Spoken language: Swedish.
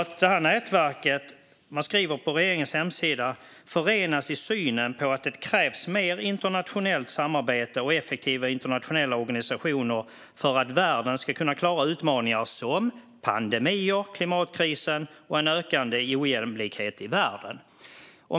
På regeringens hemsida skriver man att nätverket "förenas i synen på att det krävs mer internationellt samarbete och effektiva internationella organisationer för att världen ska kunna klara utmaningar som pandemier, klimatkrisen och en ökande ojämlikhet i världen".